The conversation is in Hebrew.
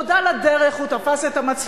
עוד על הדרך הוא תפס את המצלמות.